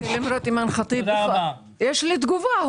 יש לי תגובה.